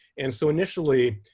and so initially,